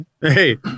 Hey